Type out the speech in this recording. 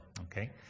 Okay